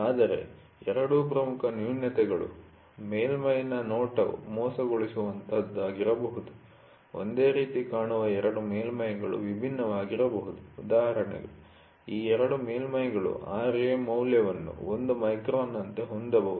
ಆದರೆ ಎರಡು ಪ್ರಮುಖ ನ್ಯೂನತೆಗಳು ಮೇಲ್ಮೈ'ನ ನೋಟವು ಮೋಸಗೊಳಿಸುವಂತಹದ್ದಾಗಿರಬಹುದು ಒಂದೇ ರೀತಿ ಕಾಣುವ ಎರಡು ಮೇಲ್ಮೈ'ಗಳು ವಿಭಿನ್ನವಾಗಿರಬಹುದು ಉದಾಹರಣೆಗೆ ಈ ಎರಡು ಮೇಲ್ಮೈ'ಗಳು Ra ಮೌಲ್ಯವನ್ನು 1 ಮೈಕ್ರಾನ್ನಂತೆ ಹೊಂದಬಹುದು